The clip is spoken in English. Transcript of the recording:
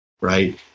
right